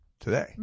today